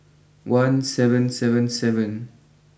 one seven seven seven